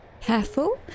Careful